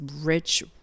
rich